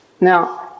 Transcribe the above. Now